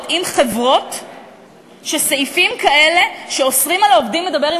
עם חברות שסעיפים כאלה שאוסרים על העובדים לדבר עם